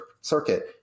circuit